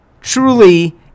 truly